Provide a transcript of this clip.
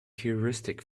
heuristic